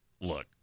look